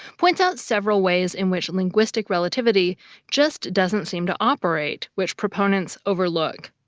points out several ways in which linguistic relativity just doesn't seem to operate, which proponents overlook.